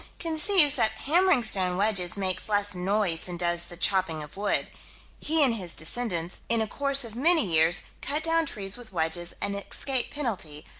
conceives that hammering stone wedges makes less noise than does the chopping of wood he and his descendants, in a course of many years, cut down trees with wedges, and escape penalty,